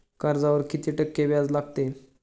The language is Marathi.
कर्जावर किती टक्के व्याज लागते?